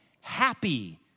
Happy